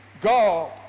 God